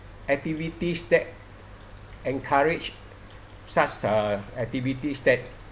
activities that encourage such uh activities that